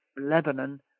Lebanon